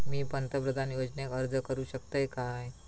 मी पंतप्रधान योजनेक अर्ज करू शकतय काय?